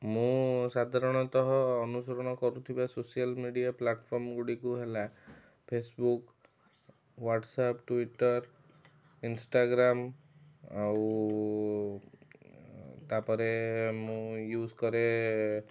ମୁଁ ସାଧାରଣତଃ ଅନୁସରଣ କରୁଥିବା ସୋସିଆଲ୍ ମିଡ଼ିଆ ପ୍ଲାଟଫର୍ମ ଗୁଡ଼ିକୁ ହେଲା ଫେସବୁକ୍ ହ୍ୱାଟସପ୍ ଟ୍ୱିଟର୍ ଇନଷ୍ଟାଗ୍ରାମ୍ ଆଉ ତା'ପରେ ମୁଁ ୟୁଜ୍ କରେ